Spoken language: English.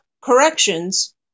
corrections